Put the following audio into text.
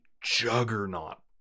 juggernaut